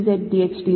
zL2zz 3zdxdy